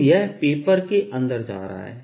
तो यह पेपर के अंदर जा रहा है